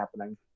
happening